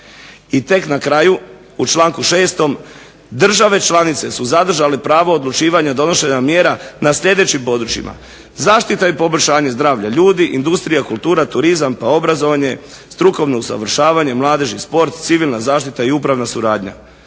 I tek na kraju u članku 6. države članice su zadržale pravo odlučivanja donošenja mjera na sljedećim područjima: zaštita i poboljšanje zdravlja ljudi, industrija, kultura, turizam, obrazovanje, strukovno usavršavanje, mladež i sport, civilna zaštita i upravna suradnja.